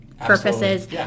purposes